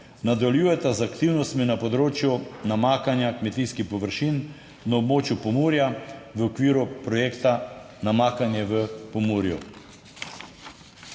nadaljujeta z aktivnostmi na področju namakanja kmetijskih površin na območju Pomurja v okviru projekta namakanje v Pomurju".